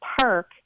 Park